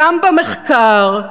גם במחקר,